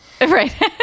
right